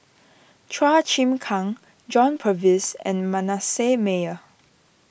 Chua Chim Kang John Purvis and Manasseh Meyer